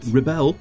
rebel